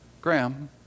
Graham